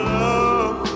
love